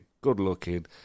good-looking